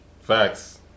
Facts